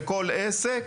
לכל עסק,